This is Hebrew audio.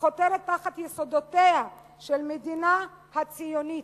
החותרת תחת יסודותיה של המדינה הציונית.